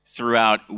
throughout